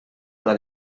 una